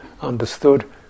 understood